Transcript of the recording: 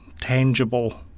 tangible